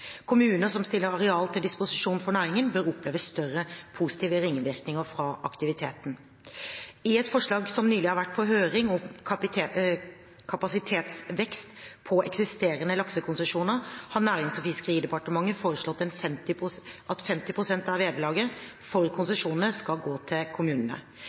Kommuner som stiller areal til disposisjon for næringen, bør oppleve større positive ringvirkninger fra aktiviteten. I et forslag som nylig har vært på høring, om kapasitetsvekst på eksisterende laksekonsesjoner, har Nærings- og fiskeridepartementet foreslått at 50 pst. av vederlaget for konsesjonene skal gå til kommunene.